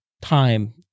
time